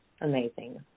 amazing